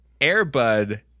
Airbud